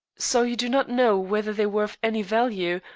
so you do not know whether they were of any value,